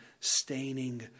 staining